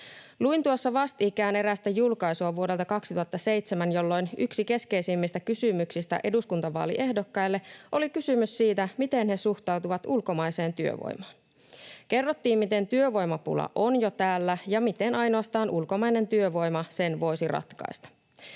tuossa vastikään erästä julkaisua vuodelta 2007, jolloin yksi keskeisimmistä kysymyksistä eduskuntavaaliehdokkaille oli kysymys siitä, miten he suhtautuvat ulkomaiseen työvoimaan. Kerrottiin, miten työvoimapula on jo täällä ja miten ainoastaan ulkomainen työvoima sen voisi ratkaista.